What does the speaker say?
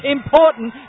Important